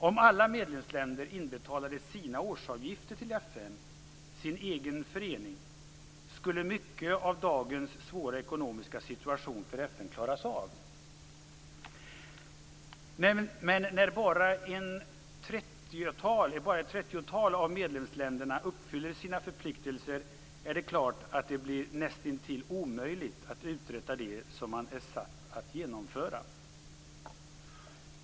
Om alla medlemsländer betalade in sina årsavgifter till FN, sin egen förening, skulle mycket av dagens svåra ekonomiska situation för FN klaras av. Men när bara ett trettiotal av medlemsländerna uppfyller sina förpliktelser är det klart att det blir näst intill omöjligt att uträtta det som man är satt att genomföra.